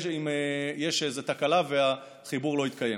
אם יש איזו תקלה והחיבור לא התקיים.